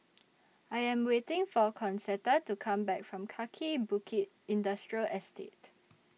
I Am waiting For Concetta to Come Back from Kaki Bukit Industrial Estate